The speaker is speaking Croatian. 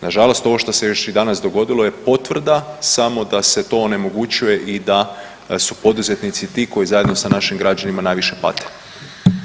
Nažalost ovo što se još i danas dogodilo je potvrda samo da se to onemogućuje i da su poduzetnici ti koji zajedno sa našim građanima najviše pate.